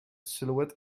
silhouette